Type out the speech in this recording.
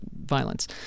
violence